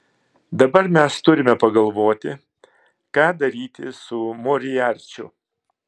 dabar mes turime pagalvoti ką daryti su moriarčiu